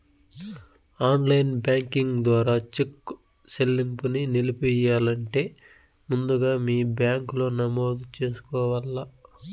online banking ద్వారా cheque సెల్లింపుని నిలిపెయ్యాలంటే ముందుగా మీ బ్యాంకిలో నమోదు చేసుకోవల్ల